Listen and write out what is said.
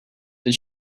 did